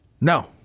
No